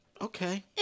okay